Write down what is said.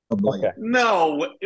No